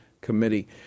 Committee